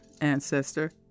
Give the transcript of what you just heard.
ancestor